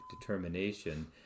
determination